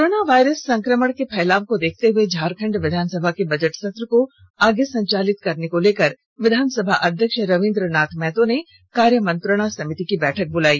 corona virus संक्रमण के फैलाव को देखते हुए झारखंड विधानसभा के बजट सत्र को आगे संचालित करने को लेकर विधानसभा अध्यक्ष रवींद्रनाथ महतो न्ने कार्यमंत्रणा समिति की बैठक बुलाई